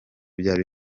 byari